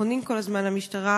פונים כל הזמן למשטרה,